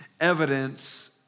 evidence